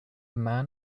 man